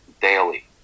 daily